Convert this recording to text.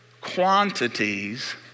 quantities